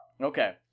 Okay